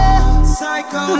Psycho